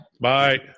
Bye